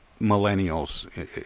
millennials